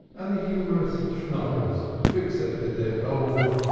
and the humorous schnorrers, who accepted their gold,